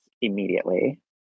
immediately